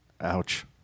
Ouch